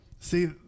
See